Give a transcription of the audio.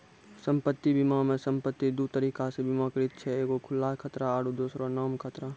सम्पति बीमा मे सम्पति दु तरिका से बीमाकृत छै एगो खुला खतरा आरु दोसरो नाम खतरा